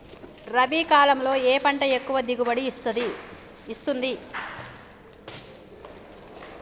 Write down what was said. రబీ కాలంలో ఏ పంట ఎక్కువ దిగుబడి ఇస్తుంది?